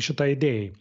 šitai idėjai